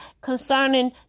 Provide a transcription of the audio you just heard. concerning